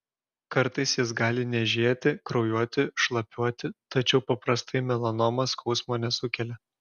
kartais jis gali niežėti kraujuoti šlapiuoti tačiau paprastai melanoma skausmo nesukelia